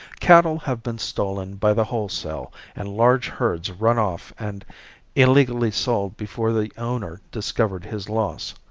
cattle have been stolen by the wholesale and large herds run off and illegally sold before the owner discovered his loss.